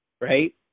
right